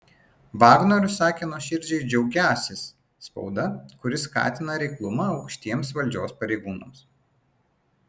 vagnorius sakė nuoširdžiai džiaugiąsis spauda kuri skatina reiklumą aukštiems valdžios pareigūnams